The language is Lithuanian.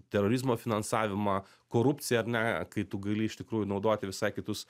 terorizmo finansavimą korupciją ar ne kai tu gali iš tikrųjų naudoti visai kitus